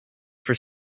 for